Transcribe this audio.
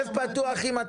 אם אתה